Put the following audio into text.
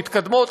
מתקדמות,